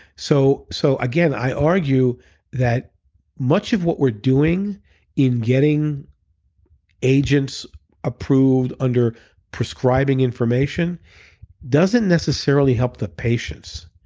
so so, again, i argue that much of what we're doing in getting agents approved under prescribing information doesn't necessarily help the patients,